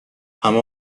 همه